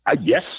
yes